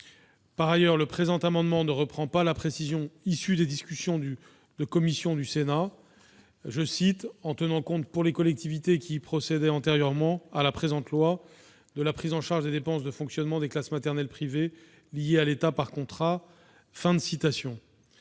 repris dans le présent amendement la précision issue des discussions de votre commission :« en tenant compte, pour les collectivités qui y procédaient antérieurement à la présente loi, de la prise en charge des dépenses de fonctionnement des classes maternelles privées liées à l'État par contrat. » Cette